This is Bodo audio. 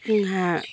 जोंहा